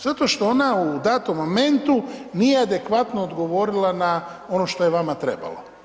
Zato što ona u datom momentu nije adekvatno odgovorila na ono što je vama trebalo.